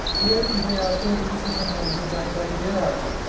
सुरेश मुझे ऑटो ऋण से संबंधित जानकारी दे रहा था